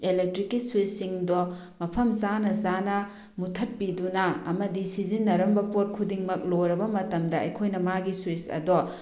ꯏꯂꯦꯛꯇ꯭ꯔꯤꯛꯀꯤ ꯁ꯭ꯋꯤꯁ ꯁꯤꯡꯗꯣ ꯃꯐꯝ ꯆꯥꯅ ꯆꯥꯅ ꯃꯨꯠꯊꯠꯄꯤꯗꯨꯅ ꯑꯃꯗꯤ ꯁꯤꯖꯤꯟꯅꯔꯝꯕ ꯄꯣꯠ ꯈꯨꯗꯤꯡꯃꯛ ꯂꯣꯏꯔꯕ ꯃꯇꯝꯗ ꯑꯩꯈꯣꯏꯅ ꯃꯥꯒꯤ ꯁ꯭ꯋꯤꯁ ꯑꯗꯣ